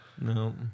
No